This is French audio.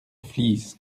flies